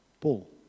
Paul